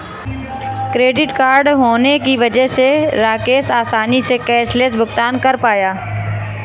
credit card होने की वजह से राकेश आसानी से कैशलैस भुगतान कर पाया